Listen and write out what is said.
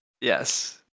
Yes